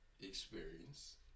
Experience